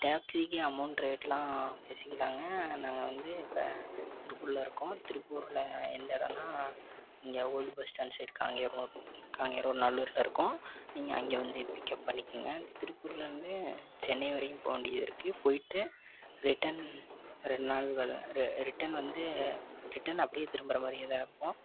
டாக்ஸிக்கு amount ரேட்டெலாம் பேசிக்கலாம்ங்க நாங்கள் வந்து இப்போ திருப்பூரில் இருக்கோம் திருப்பூரில் எந்த எடம்னா இங்கே old bus stand side Kangeyam road Kangeyam road நல்லூர்ட்ட இருக்கோம் நீங்கள் அங்கே வந்து பிக்கப் பண்ணிக்கங்க திருப்பூரில் வந்து சென்னை வரையும் போக வேண்டியது இருக்குது போய்ட்டு ரிட்டன் ரெண்டு நாட்கள் ரிட்டன் வந்து ரிட்டன் அப்படியே திரும்புகிற மாதிரியே தான் இருக்கும்